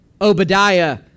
Obadiah